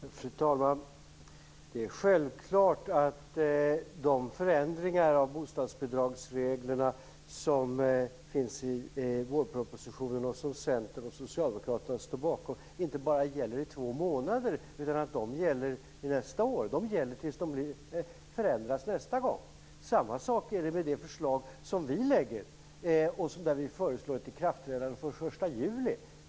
Fru talman! Det är självklart att de förändringar av bostadsbidragsreglerna som finns i vårpropositionen och som Centern och Socialdemokraterna står bakom inte bara gäller i två månader utan även nästa år. De gäller tills de förändras nästa gång. Samma sak är det med det förslag som vi lägger fram, där vi föreslår ett ikraftträdande den 1 juli.